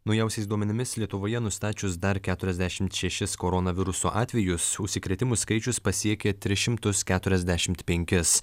naujausiais duomenimis lietuvoje nustačius dar keturiasdešimt šešis koronaviruso atvejus užsikrėtimų skaičius pasiekė tris šimtus keturiasdešimt penkis